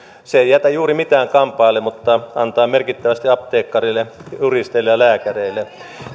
ei jätä juuri mitään kampaajille mutta antaa merkittävästi apteekkareille juristeille ja lääkäreille